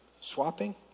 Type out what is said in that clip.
swapping